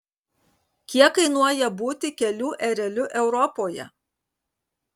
kiek kainuoja būti kelių ereliu europoje